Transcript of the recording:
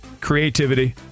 creativity